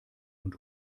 und